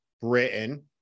Britain